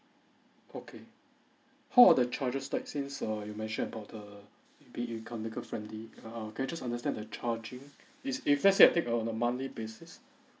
okay how are the charges like since uh you mention about the will be friendly uh uh can I just understand the charging is if let's say I take on a monthly basis